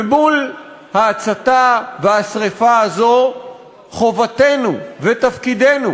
ומול ההצתה והשרפה הזאת חובתנו ותפקידנו